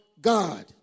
God